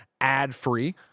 ad-free